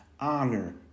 honor